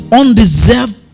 undeserved